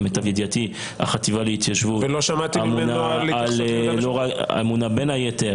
למיטב ידיעתי החטיבה להתיישבות אמונה בין היתר